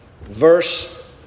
Verse